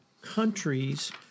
countries